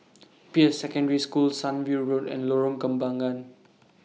Peirce Secondary School Sunview Road and Lorong Kembangan